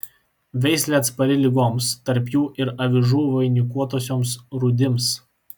veislė atspari ligoms tarp jų ir avižų vainikuotosioms rūdims